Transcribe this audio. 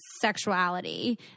sexuality